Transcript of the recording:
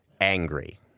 angry